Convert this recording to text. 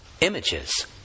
images